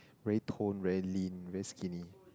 very tone very lean very skinny